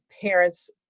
parents